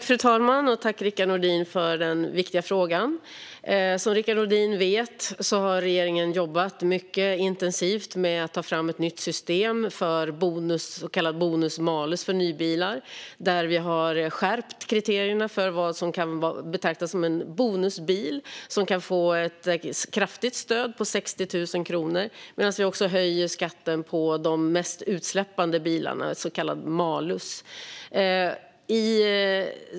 Fru talman! Tack, Rickard Nordin, för den viktiga frågan! Som Rickard Nordin vet har regeringen jobbat mycket intensivt med att ta fram ett nytt system för bonus, så kallad bonus-malus, för nybilar. Där har vi skärpt kriterierna för vad som kan betraktas som en bonusbil. En sådan kan få ett kraftigt stöd, 60 000 kronor. Samtidigt höjer vi skatten på mest utsläppande bilarna, så kallad malus.